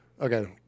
Okay